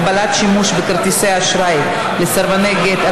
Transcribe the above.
הגבלת שימוש בכרטיסי אשראי לסרבני גט),